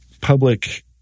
public